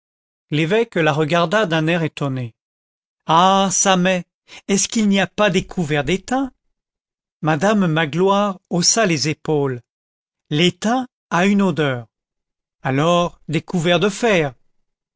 l'évêque la regarda d'un air étonné ah çà mais est-ce qu'il n'y a pas des couverts d'étain madame magloire haussa les épaules l'étain a une odeur alors des couverts de fer